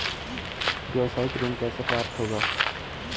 व्यावसायिक ऋण कैसे प्राप्त होगा?